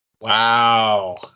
Wow